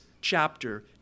chapter